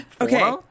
Okay